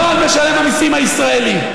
לא על משלם המיסים הישראלי.